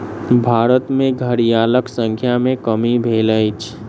भारत में घड़ियालक संख्या में कमी भेल अछि